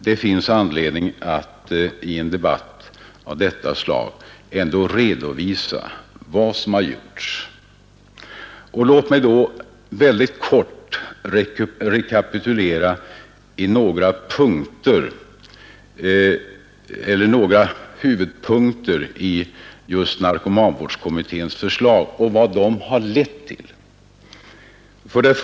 Det finns anledning att i en debatt av detta slag ändå redovisa vad som gjorts. Låt mig mycket kort rekapitulera vad några huvudpunkter i narkomanvårdskommitténs förslag lett till: 1.